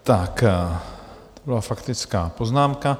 To byla faktická poznámka.